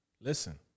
listen